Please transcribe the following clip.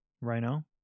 Rhino